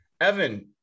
Evan